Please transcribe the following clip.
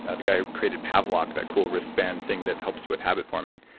ah the guy who created pavlok, that cool wristband thing that helps you with habit forming,